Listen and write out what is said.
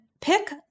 pick